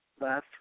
last